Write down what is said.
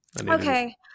Okay